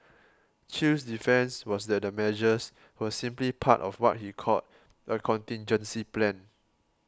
chew's defence was that the measures were simply part of what he called a contingency plan